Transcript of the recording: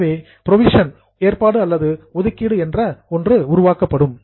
எனவே புரோவிஷன் ஏற்பாடு அல்லது ஒதுக்கீடு என்ற ஒன்று உருவாக்கப்படும்